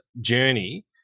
journey